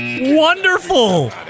Wonderful